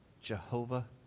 Jehovah